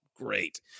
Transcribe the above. great